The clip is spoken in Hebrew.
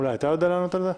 אולי אתה יודע לענות על זה?